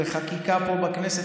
בחקיקה פה בכנסת,